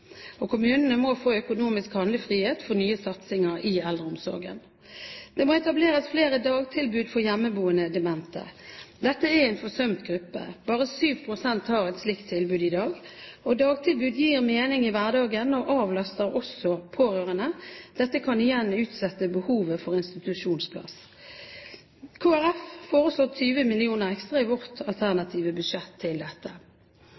pleietrengende. Kommunene må få økonomisk handlefrihet for nye satsinger i eldreomsorgen. Det må etableres flere dagtilbud for hjemmeboende demente. Dette er en forsømt gruppe. Bare 7 pst. har et slikt tilbud i dag. Dagtilbud gir mening i hverdagen og avlaster også pårørende. Dette kan igjen utsette behovet for institusjonsplass. Kristelig Folkeparti foreslår 20 mill. kr ekstra i sitt alternative budsjett til dette.